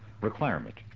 requirement